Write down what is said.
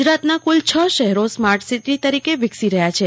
ગુજરાતના કુલ છ શહેરો સ્માટસિટી તરીકે વિકસી રહ્યાં છે